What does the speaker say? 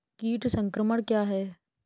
कीट संक्रमण क्या है?